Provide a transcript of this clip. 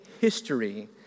history